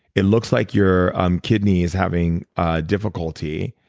it looks like your um kidney is having a difficulty.